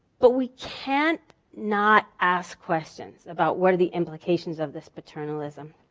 but we can't not ask questions about what are the implications of this paternalism.